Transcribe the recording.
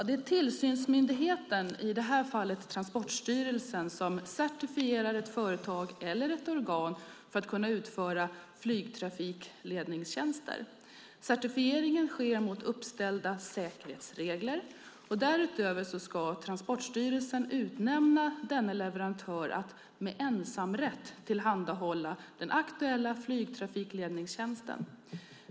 Det är tillsynsmyndigheten, i det här fallet Transportstyrelsen, som certifierar ett företag eller ett organ för att kunna utföra flygtrafikledningstjänster. Certifieringen sker mot uppställda säkerhetsregler. Därutöver ska Transportstyrelsen utnämna denne leverantör att "med ensamrätt" tillhandahålla den aktuella flygtrafikledningstjänsten.